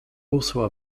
also